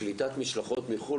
קליטת משלחות מחוץ-לארץ,